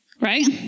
Right